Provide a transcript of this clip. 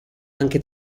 anche